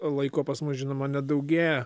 laiko pas mus žinoma nedaugėja